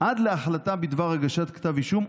עד להחלטה בדבר הגשת כתב אישום,